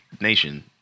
nation